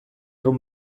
room